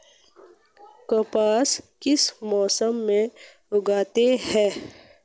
कपास किस मौसम में उगती है?